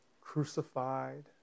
crucified